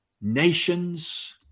nations